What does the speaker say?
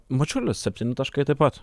mačiulis septyni taškai taip pat